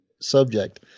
subject